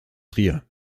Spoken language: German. trier